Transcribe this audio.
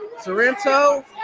Sorrento